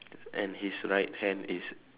and his right hand is